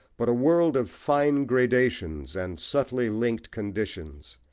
but a world of fine gradations and subtly linked conditions,